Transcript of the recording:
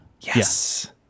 Yes